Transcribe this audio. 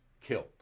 killed